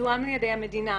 זוהם על ידי המדינה,